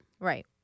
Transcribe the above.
Right